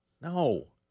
No